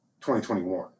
2021